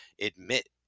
admit